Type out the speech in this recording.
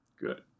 Good